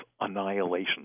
annihilation